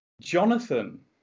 Jonathan